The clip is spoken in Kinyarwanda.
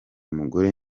mugore